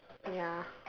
ya